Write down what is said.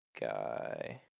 guy